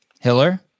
Hiller